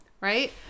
right